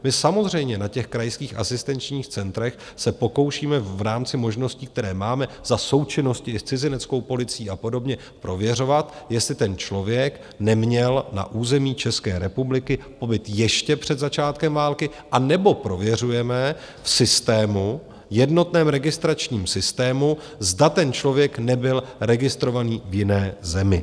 My samozřejmě na těch krajských asistenčních centrech se pokoušíme v rámci možností, které máme, za součinnosti s cizineckou policií a podobně, prověřovat, jestli ten člověk neměl na území České republiky pobyt ještě před začátkem války, anebo prověřujeme v jednotném registračním systému, zda ten člověk nebyl registrovaný v jiné zemi.